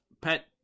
pet